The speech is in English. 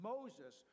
Moses